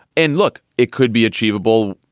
and look, it could be achievable.